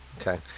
Okay